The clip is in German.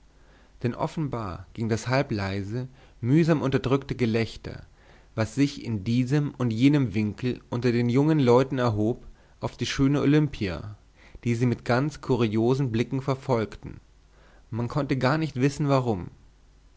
denn offenbar ging das halbleise mühsam unterdrückte gelächter was sich in diesem und jenem winkel unter den jungen leuten erhob auf die schöne olimpia die sie mit ganz kuriosen blicken verfolgten man konnte gar nicht wissen warum